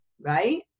Right